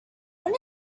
when